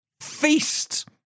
feast